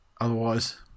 Otherwise